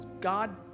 God